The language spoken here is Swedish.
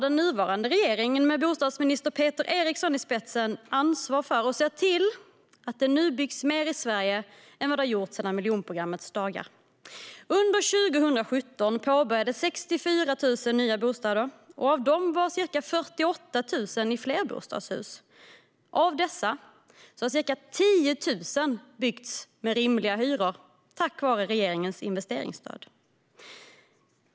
Den nuvarande regeringen, med bostadsminister Peter Eriksson i spetsen, tar ansvar för detta och ser till att det nu byggs mer i Sverige än vad det har gjorts sedan miljonprogrammets dagar. Under 2017 påbörjades 64 000 nya bostäder. Av dem var ca 48 000 i flerbostadshus. Av dessa har ca 10 000 byggts med rimliga hyror tack vare regeringens investeringsstöd.